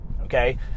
okay